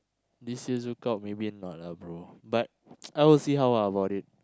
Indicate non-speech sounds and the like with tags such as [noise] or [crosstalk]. this year ZoukOut maybe not lah bro but [noise] I will see how ah about it